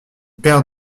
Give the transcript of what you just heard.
paire